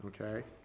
okay